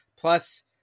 plus